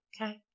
Okay